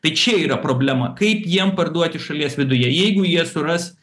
tai čia yra problema kaip jiem parduoti šalies viduje jeigu jie suras